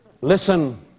listen